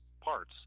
parts